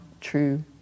true